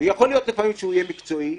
ויכול להיות לפעמים שהוא יהיה מקצועי,